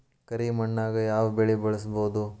ಕರಿ ಮಣ್ಣಾಗ್ ಯಾವ್ ಬೆಳಿ ಬೆಳ್ಸಬೋದು?